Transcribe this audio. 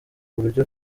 buryo